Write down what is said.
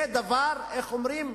זה דבר, איך אומרים?